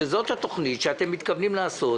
שזאת התוכנית שאתם מתכוונים לעשות,